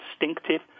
instinctive